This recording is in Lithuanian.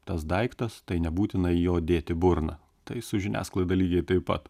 tas daiktas tai nebūtina jo dėt į burną tai su žiniasklaida lygiai taip pat